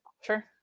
Sure